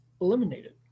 eliminated